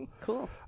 cool